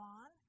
on